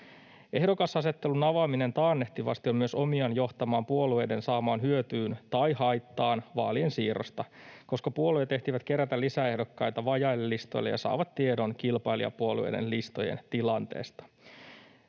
Ehdokasasettelun avaaminen taannehtivasti on myös omiaan johtamaan puolueiden saamaan hyötyyn tai haittaan vaalien siirrosta, koska puolueet ehtivät kerätä lisäehdokkaita vajaille listoille ja saavat tiedon kilpailijapuolueiden listojen tilanteesta.